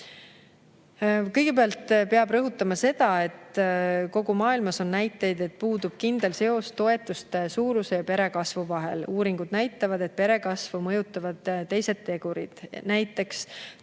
Kõigepealt peab rõhutama seda, et kogu maailmas on näiteid, et puudub kindel seos toetuste suuruse ja pere kasvu vahel. Uuringud näitavad, et pere kasvu mõjutavad teised tegurid, näiteks töö